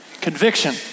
Conviction